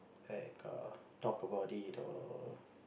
like err talk about it or